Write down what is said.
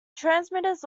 transmitters